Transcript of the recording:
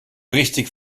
richtig